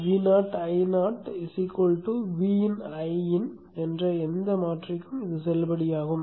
VoIo Vin Iin என்ற எந்த மாற்றிக்கும் இது செல்லுபடியாகும்